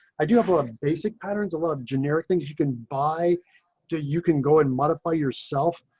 i do have a basic patterns. a lot of generic things you can buy to you can go and modify yourself.